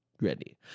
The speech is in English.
ready